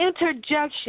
interjection